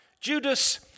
Judas